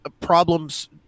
problems